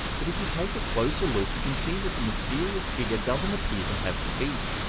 but if you take a closer look, you can see that the mysterious figure doesn't appear to have feet.